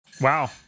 Wow